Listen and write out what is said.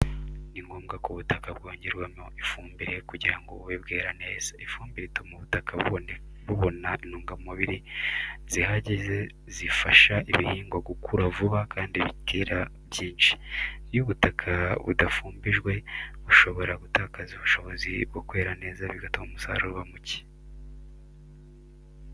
Ni ngombwa ko ubutaka bwongerwamo ifumbire kugira ngo bube bwera neza. Ifumbire ituma ubutaka bubona intungamubiri zihagije zifasha ibihingwa gukura vuba kandi bikera byinshi. Iyo ubutaka budafumbijwe, bushobora gutakaza ubushobozi bwo kwera neza, bigatuma umusaruro uba muke.